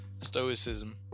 Stoicism